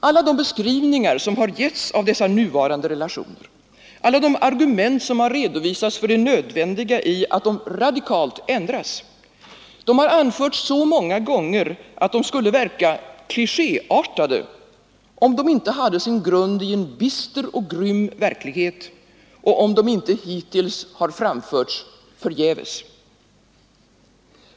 Alla de beskrivningar som getts av dessa nuvarande relationer, alla de argument som redovisats för det nödvändiga i att de radikalt ändras, har anförts så många gånger att de skulle verka klichéartade, om de inte hade sin grund i en bister och grym verklighet, och om de inte hittills hade framförts förgäves.